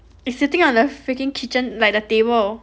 is sitting on the freaking kitchen like the table